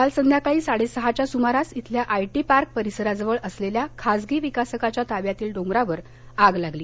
काल संध्याकाळी साडे सहाच्या सुमारास इथल्या आय टी पार्क परिसराजवळ असलेल्या खासगी विकासकाच्या ताब्यातील डोंगरावर आग लागली